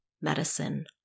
medicine